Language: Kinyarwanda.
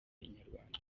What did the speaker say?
inyarwanda